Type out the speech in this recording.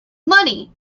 money